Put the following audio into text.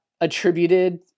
attributed